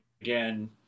again